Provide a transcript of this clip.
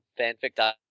fanfic